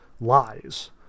lies